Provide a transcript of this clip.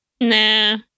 Nah